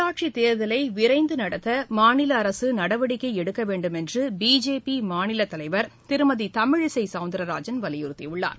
உள்ளாட்சித் தேர்தலைவிரைந்துநடத்தமாநிலஅரசுநடவடிக்கைஎடுக்கவேண்டும் தமிழகத்தில் என்றுபிஜேபிமாநிலதலைவர் திருமதிதமிழிசைசவுந்திரராஜன் வலியுறுத்தியுள்ளார்